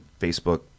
Facebook